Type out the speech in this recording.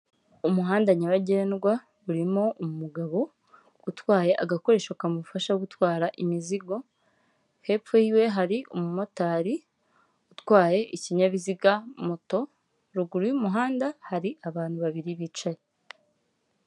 Umuhanda nyabagendwa urimo umugabo utwaye agakoresho kamufasha gutwara imizigo, hepfo yiwe hari umumotari utwaye ikinyabiziga moto, ruguru y'umuhanda hari abantu babiri bicaye.